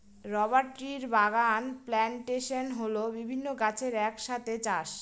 rubber ট্রির বাগান plantation হল বিভিন্ন গাছের এক সাথে চাষ